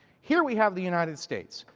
here we have the united states.